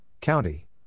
County